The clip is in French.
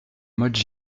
motte